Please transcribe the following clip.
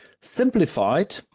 Simplified